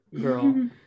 girl